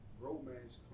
romance